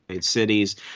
cities